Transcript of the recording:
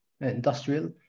industrial